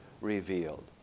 revealed